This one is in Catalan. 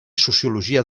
sociologia